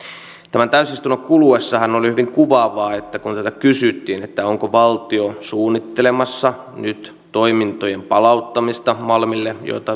tämän täysistunnon kuluessahan on ollut hyvin kuvaavaa että kun kysyttiin onko valtio suunnittelemassa nyt toimintojen palauttamista malmille jota